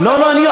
לא לא,